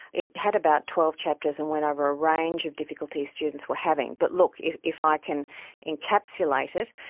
it had about twelve chapters and went over a range of difficulties students were having. but look, if if i can encapsulate it,